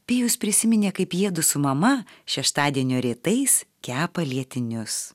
pijus prisiminė kaip jiedu su mama šeštadienio rytais kepa lietinius